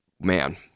man